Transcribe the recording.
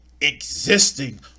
Existing